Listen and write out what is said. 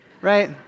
right